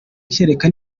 kereka